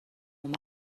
اومد